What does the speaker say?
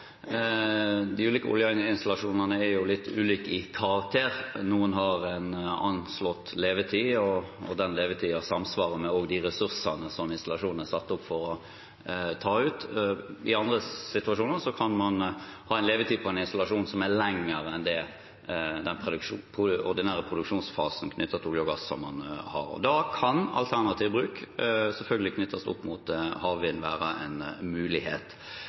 De ulike oljeinstallasjonene er jo litt ulike i karakter. Noen har en anslått levetid, og den levetiden samsvarer med ressursene som installasjonene er satt opp for å ta ut. I andre situasjoner kan man ha en levetid på en installasjon som er lengre enn den ordinære produksjonsfasen man har knyttet til olje og gass. Da kan selvfølgelig alternativ bruk knyttet opp mot havvind være en mulighet.